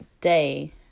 day